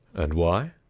and why?